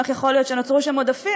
או איך יכול להיות שנוצרו שם עודפים.